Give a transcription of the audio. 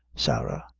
sarah,